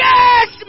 Yes